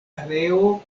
areo